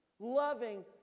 Loving